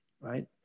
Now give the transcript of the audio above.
right